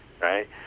right